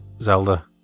Zelda